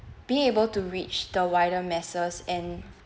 being able to reach the wider masses and